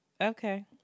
okay